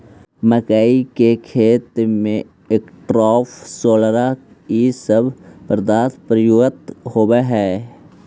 मक्कइ के खेत में एट्राटाफ, सोलोरा इ सब पदार्थ प्रयुक्त होवऽ हई